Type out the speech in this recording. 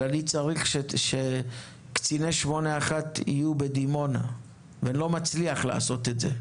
אבל אני צריך שקציני 81 יהיו בדימונה ואני לא מצליח לעשות את זה.